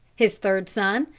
his third son,